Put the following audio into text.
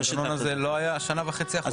המנגנון הזה לא היה בשנה וחצי האחרונות?